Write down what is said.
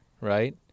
right